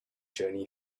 journey